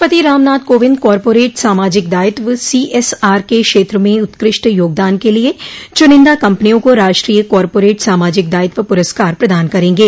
राष्ट्रपति रामनाथ कोविंद कार्पोरेट सामाजिक दायित्व सीएसआर के क्षेत्र में उत्कृष्ट योगदान के लिए चुनिंदा कम्पनियों को राष्ट्रीय कार्पोरेट सामाजिक दायित्व पुरस्कार प्रदान करेंगे